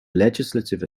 legislative